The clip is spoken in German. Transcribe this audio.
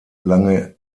lange